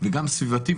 וגם סביבתי,